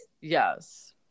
Yes